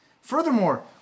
Furthermore